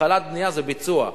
התחלת בנייה זה ביצוע,